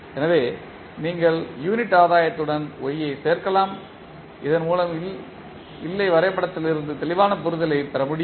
எனவே நீங்கள் யூனிட் ஆதாயத்துடன் y ஐ சேர்க்கலாம் இதன் மூலம் இல்லை வரைபடத்திலிருந்து தெளிவான புரிதலைப் பெற முடியும்